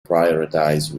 prioritize